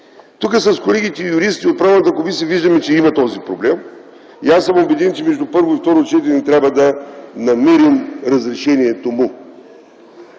Тук с колегите юристи от Правната комисия виждаме, че има този проблем и аз съм убеден, че между първо и второ четене трябва да намерим разрешението му.